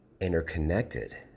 interconnected